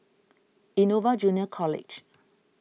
Innova Junior College